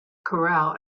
corel